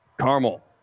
Carmel